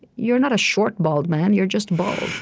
you're not a short, bald man. you're just bald.